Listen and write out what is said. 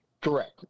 Correct